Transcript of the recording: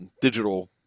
digital